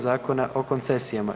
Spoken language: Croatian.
Zakona o koncesijama.